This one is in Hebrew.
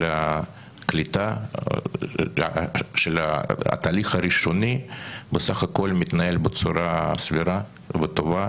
הקליטה בסך הכול מתנהל בצורה סבירה וטובה.